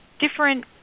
different